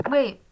Wait